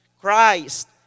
christ